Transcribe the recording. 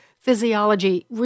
physiology